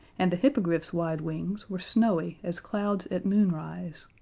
and the hippogriff's wide wings were snowy as clouds at moonrise.